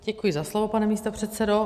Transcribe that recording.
Děkuji za slovo, pane místopředsedo.